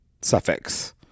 suffix